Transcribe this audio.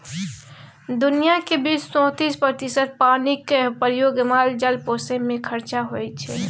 दुनियाँक बीस सँ तीस प्रतिशत पानिक प्रयोग माल जाल पोसय मे खरचा होइ छै